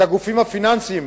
את הגופים הפיננסיים,